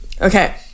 Okay